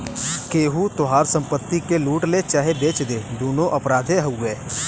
केहू तोहार संपत्ति के लूट ले चाहे बेच दे दुन्नो अपराधे हउवे